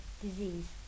disease